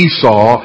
Esau